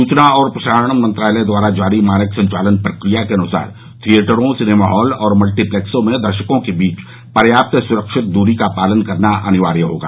सूचना और प्रसारण मंत्रालय द्वारा जारी मानक संचालन प्रक्रिया के अनुसार थियेटरों सिनेमाहॉल और मल्टीप्लेक्सों में दर्शकों के बीच पर्यात्त सुरक्षित दूरी का पालन करना अनिवार्य होगा